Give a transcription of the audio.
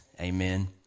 amen